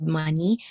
money